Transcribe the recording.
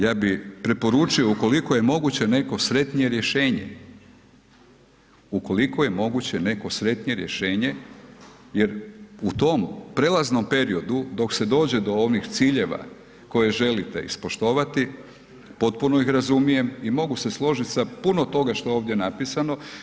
Ja bi preporučio ukoliko je moguće neko sretnije rješenje, ukoliko je moguće neko sretnije rješenje jer u tom prelaznom periodu dok se dođe do onih ciljeva koje želite ispoštovati, potpuno ih razumijem i mogu se složit sa puno toga što je ovdje napisano.